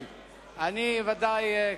אדוני היושב-ראש, אני, ודאי כמוך,